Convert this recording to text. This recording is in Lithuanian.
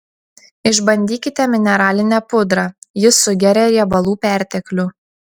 išbandykite mineralinę pudrą ji sugeria riebalų perteklių